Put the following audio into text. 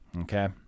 Okay